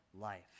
life